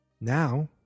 Now